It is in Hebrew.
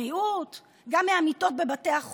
בבחירות האחרונות התבשרנו בדרך לא דרך שמשרד האוצר ניסה להסתיר